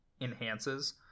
enhances